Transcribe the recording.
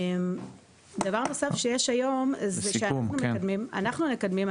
דבר נוסף שיש היום שאנחנו מקדמים,